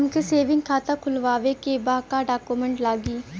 हमके सेविंग खाता खोलवावे के बा का डॉक्यूमेंट लागी?